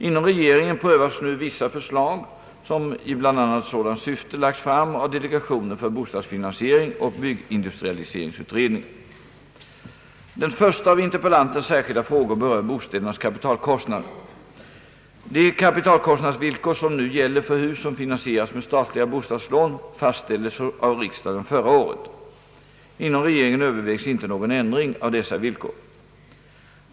Inom regeringen prövas nu vissa förslag som i bl.a. sådant syfte lagts fram av delegationen för bostadsfinansiering och byggindustrialiseringsutredningen. da frågor berör bostädernas kapitalkostnader. De kapitalkostnadsvillkor som nu gäller för hus som finansieras med statliga bostadslån fastställdes av riksdagen förra året. Inom regeringen övervägs inte någon ändring av dessa villkor.